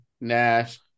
Nash